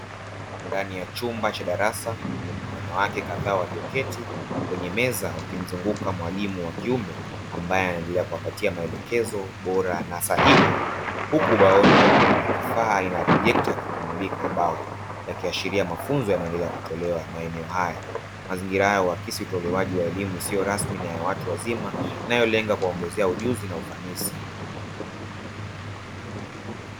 Ndani ya chumba cha darasa kuna wanawake kadhaa walioketi kwenye meza wakimzunguka mwalimu wa kiume, ambaye anaendelea kuwapatia maelekezo bora na sahihi, huku ubaoni kuna kifaa ina ya projekta kikimulika ubao, yakiashiria mafunzo yanaendelea kutolewa maeneo haya, mazingira haya huakisi utolewaji wa elimu isiyo rasmi na ya watu wazima inayolenga kuwaongezea ujuzi na ufanisi.